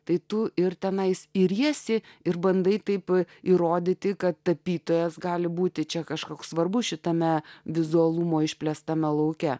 tai tu ir tenai iriesi ir bandai taip įrodyti kad tapytojas gali būti čia kažkoks svarbus šitame vizualumo išplėstame lauke